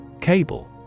Cable